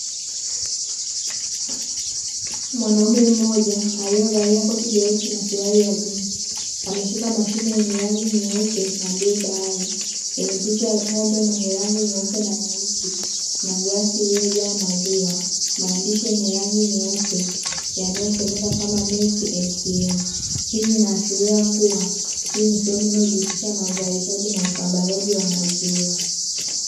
Mwanaume mmoja aliyevalia koti jeusi na suruali ya jinsi. Ameshika mashine yenye rangi nyekundu bluu bahari yenye picha ng'ombe mwenye rangi nyeupe na nyeusi na glasi iliyojaa maziwa, maandishi yenye rangi nyeupe yanayosomeka kama'' milk atm '' hii inaashiria kuwa hii ni sehemu inayojihusisha na uzalishaji na usambazaji wa maziwa.